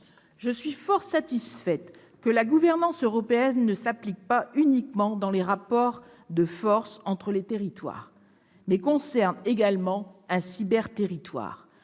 Je suis fort satisfaite que la gouvernance européenne s'applique non pas uniquement dans les rapports de force entre les territoires, mais également dans un « cyber territoire